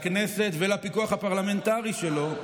לכנסת ולפיקוח הפרלמנטרי שלו,